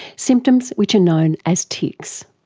symptoms which are known as tics.